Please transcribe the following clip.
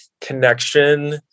connection